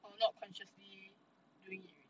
or not consciously doing it